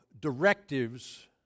directives